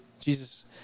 Jesus